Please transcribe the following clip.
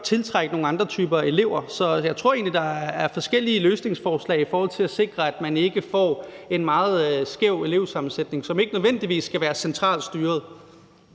tiltrække nogle andre typer elever. Så jeg tror egentlig, der er forskellige løsningsforslag i forhold til at sikre, at man ikke får en meget skæv elevsammensætning, og som ikke nødvendigvis skal være centralt styret.